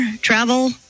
travel